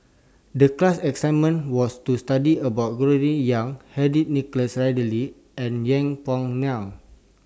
The class assignment was to study about Gregory Yong Henry Nicholas Ridley and Yeng Pway Ngon